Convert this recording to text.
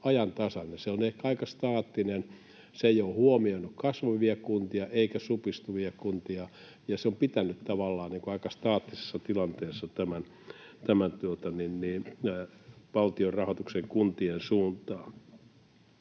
Se on ehkä aika staattinen, se ei ole huomioinut kasvavia kuntia eikä supistuvia kuntia, ja se on pitänyt tavallaan aika staattisessa tilanteessa tämän valtion rahoituksen kuntien suuntaan.